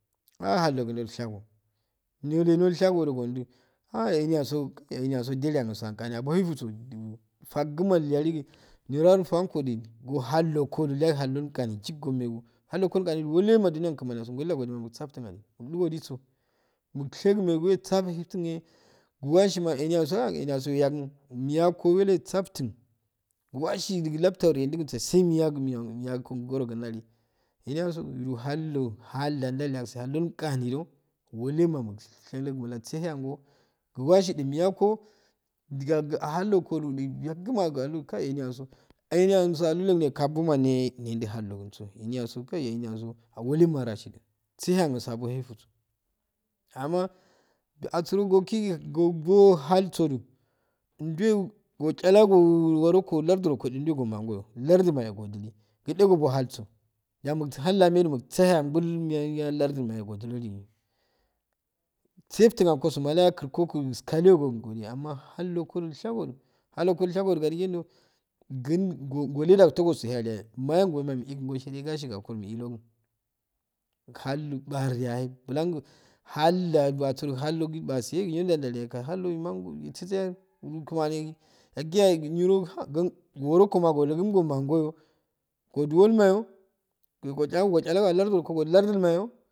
Aahh hallogundo ilshago nilo iighago da ondu ha emyaso emyaso ndiliya nasan abo eifu so faguma ilyalogu niro arfuwankohy go hallo kodu illya goso haldo gani yuk ngo megu hallugo gano iigollema din yan kmani n daho mufsafttun alu mldiso mushegu megu musafftu ehh uehashima eniyaso emyasso ahh emyaso weyegunmo wiyakumo walli wasafttun washidu gu lafttu genju ke sayi niyango niyan ngo gorogun dahueniyaso haudo hallo ndalyagisn halldo gani do wokina unusefttun shawale wusehealw washdu miyako duga ahalloko ya gima kayi chiyaso eniyasu tallangun kap ma nendn halloguse enoyaso kayi ehiyaso angol woluma rasho du tseheyangol eutuso amma ajuso koggigi godo halssodo nduwe gochala go hodo kode landu kodu ndure gomangoyo lardu mayo go godini kun ech gobo halsso yal hallake mussaheyagol thesu lardu mayo wodim dige safttun ango su maja kurkkogu skayagokun amma hallo kodu il shago halloko ilshago ko adigendo gun gwole da golehe osehe alnyayeh mayeyougo mi ikun shade gagi kakuro hallo ilpasesi yajeh bulan hallden hallogi i pase nyike ndalu yayol hallado mangoyo tsotsoyalu kmani yagi yagch niro ha gun woro koma km omangoyo godu wol mayo gu gochalago gochalgo lardu mayo.